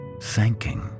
thanking